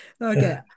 Okay